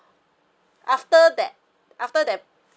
after that after that